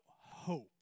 hope